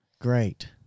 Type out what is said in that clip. Great